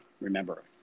remember